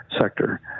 sector